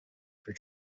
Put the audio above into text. for